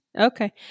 Okay